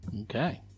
Okay